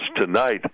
tonight